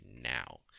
now